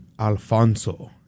Alfonso